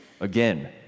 Again